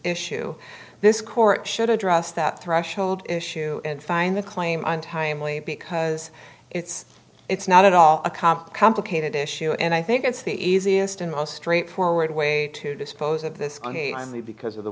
issue this court should address that threshold issue and find the claim on timely because it's it's not at all a comp complicated issue and i think it's the easiest and most straightforward way to dispose of this only because of the